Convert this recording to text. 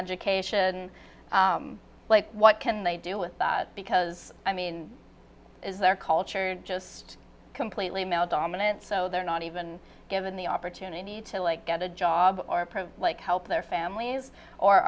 education like what can they do with that because i mean is their culture just completely male dominant so they're not even given the opportunity to like get a job or a print like help their families or